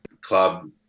club